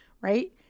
Right